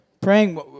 praying